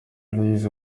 aloys